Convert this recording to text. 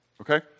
Okay